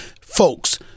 Folks